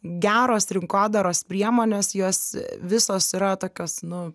geros rinkodaros priemonės jos visos yra tokios nu